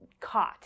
caught